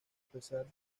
pesar